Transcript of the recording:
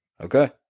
Okay